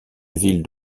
ville